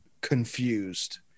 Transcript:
confused